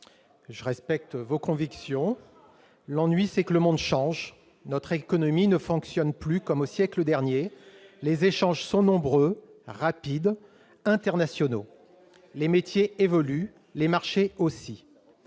mes chers collègues. L'ennui, c'est que le monde change : notre économie ne fonctionne plus comme au siècle dernier. Les échanges sont nombreux, rapides, internationaux ; les métiers évoluent, les marchés aussi.